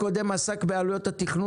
אפשר לבנות היום רק תחנה עילית.